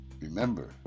Remember